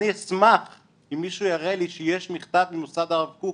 אני אשמח אם מישהו יראה לי שיש מכתב ממוסד הרב קוק